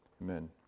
Amen